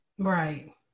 Right